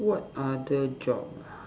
what other job ah